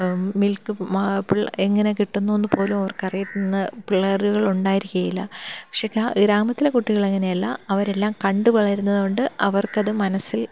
milk എങ്ങനെ കിട്ടുന്നു എന്ന് പോലും അറിയുന്ന പിള്ളേർ ഉണ്ടായിരിക്കുകയില്ല പക്ഷെ ഗ്രാമത്തിലെ കുട്ടികൾ അങ്ങനെയല്ല അവരെല്ലാം കണ്ടു വളരുന്നത് കൊണ്ട് അവർക്ക് അത് മനസ്സിൽ